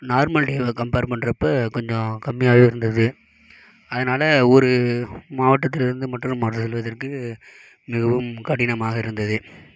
normal டேவை compare பண்ணுறப்ப கொஞ்சம் கம்மியாகவே இருந்தது அதனால் ஒரு மாவட்டத்தில் இருந்து மற்றொரு மாவட்டம் செல்வதற்கு மிகவும் கடினமாக இருந்தது